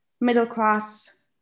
middle-class